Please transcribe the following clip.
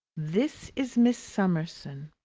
this is miss summerson.